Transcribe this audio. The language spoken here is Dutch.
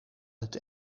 het